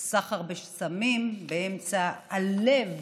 סחר בסמים באמצע הלב